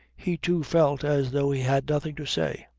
he, too, felt as though he had nothing to say.